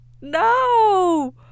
no